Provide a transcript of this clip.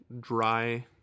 dry